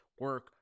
Work